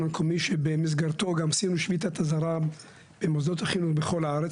המקומי שבמסגרתו גם עשינו שביתת אזהרה במוסדות החינוך בכל הארץ